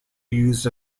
used